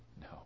No